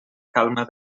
calma